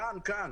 כאן, כאן.